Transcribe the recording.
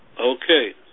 Okay